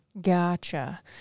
Gotcha